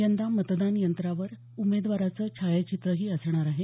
यंदा मतदान यंत्रावर उमेदवाराचं छायाचित्रही असणार आहे